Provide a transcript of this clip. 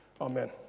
Amen